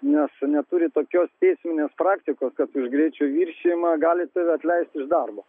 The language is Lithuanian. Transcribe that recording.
nes neturi tokios teisminės praktikos kad už greičio viršijimą gali tave atleisti iš darbo